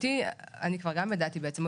אני כבר גם ידעתי בעצם.